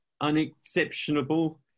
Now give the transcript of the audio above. unexceptionable